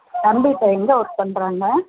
தம்பி இப்போ எங்கே ஒர்க் பண்ணுறாங்க